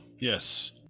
Yes